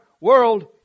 world